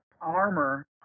armor